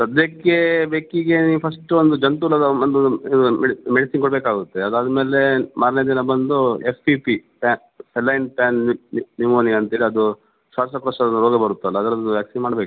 ಸದ್ಯಕ್ಕೆ ಬೆಕ್ಕಿಗೆ ನೀವು ಫಸ್ಟ್ ಒಂದು ಜಂತು ಹುಳದ ಒಂದು ಮೆಡಿ ಮೆಡಿಸಿನ್ ಕೊಡಬೇಕಾಗುತ್ತೆ ಅದಾದ ಮೇಲೆ ಮಾರನೇ ದಿನ ಬಂದು ಎಫ್ ಪಿ ಪಿ ಸ್ಯಾ ಫೆಲೈನ್ ಪ್ಯಾನ್ ನಿಮೋನಿಯ ಅಂತೇಳಿ ಅದು ಶ್ವಾಸಕೋಶದ ರೋಗ ಬರುತ್ತಲ್ಲಾ ಅದರದ್ದು ವ್ಯಾಕ್ಸೀನ್ ಮಾಡ್ಬೇಕು